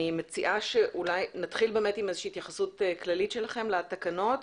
אני מציעה שנתחיל בהתייחסות כללית שלכם לתקנות,